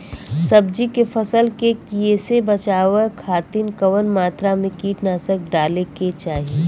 सब्जी के फसल के कियेसे बचाव खातिन कवन मात्रा में कीटनाशक डाले के चाही?